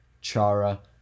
Chara